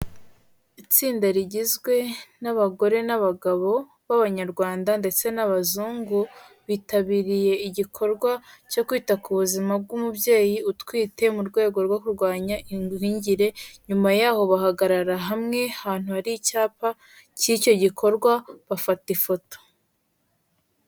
Itsinda rigizwe n'abagore n'abagabo b'abanyarwanda ndetse n'abazungu, bitabiriye igikorwa cyo kwita ku buzima bw'umubyeyi utwite mu rwego rwo kurwanya ingwingire, nyuma yaho bahagarara hamwe, ahantu hari icyapa cy'icyo gikorwa bafata ifoto.